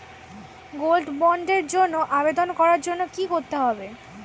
Gold বন্ডের জন্য আবেদন করার জন্য কি করতে হবে?